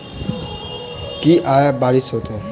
की आय बारिश हेतै?